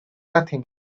nothing